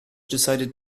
decided